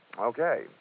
Okay